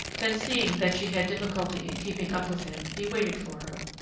then, seeing that she had difficulty in keeping up with him, he waited for her,